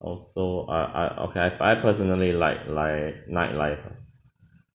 also I I okay I I personally like like night life ah